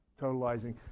totalizing